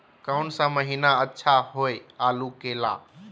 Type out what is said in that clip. कौन सा महीना अच्छा होइ आलू के ला?